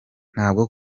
ntabwo